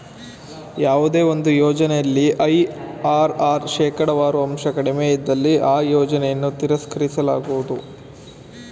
ಯಾವುದೇ ಒಂದು ಯೋಜನೆಯಲ್ಲಿ ಐ.ಆರ್.ಆರ್ ಶೇಕಡವಾರು ಅಂಶ ಕಡಿಮೆ ಇದ್ದಲ್ಲಿ ಆ ಯೋಜನೆಯನ್ನು ತಿರಸ್ಕರಿಸಲಾಗುವುದು